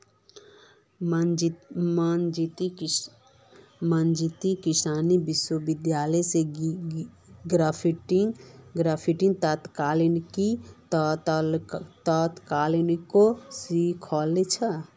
मंजीत कृषि विश्वविद्यालय स ग्राफ्टिंग तकनीकक सीखिल छ